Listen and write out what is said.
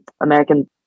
American